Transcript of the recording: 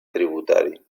tributari